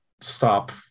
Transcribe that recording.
stop